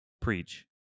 Preach